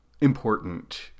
important